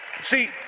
See